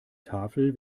tafel